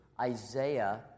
Isaiah